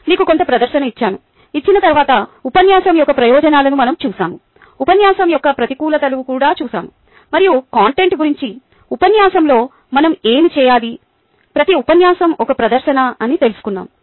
మీకు కొంత ప్రదర్శన ఇచ్చిన తరువాత ఉపన్యాసం యొక్క ప్రయోజనాలను మనం చూశాము ఉపన్యాసం యొక్క ప్రతికూలతలు కూడా చూశాము మరియు కంటెంట్ గురించి ఉపన్యాసంలో మనం ఏమి చేయాలి ప్రతి ఉపన్యాసం ఒక ప్రదర్శన అని తెలుసుకున్నాము